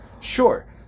Sure